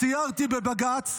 סיירתי בבג"ץ,